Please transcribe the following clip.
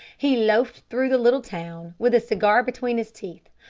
he loafed through the little town, with a cigar between his teeth,